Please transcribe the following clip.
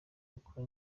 uko